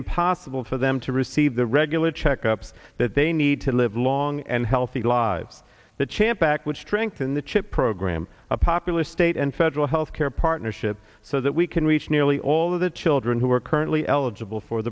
impossible for them to receive the regular checkups that they need to live long and healthy lives that champ back would strengthen the chip program a popular state and federal health care partnership so that we can reach nearly all of the children who are currently eligible for